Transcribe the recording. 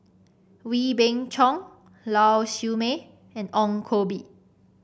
Wee Beng Chong Lau Siew Mei and Ong Koh Bee